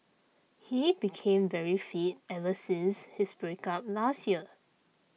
he became very fit ever since his break up last year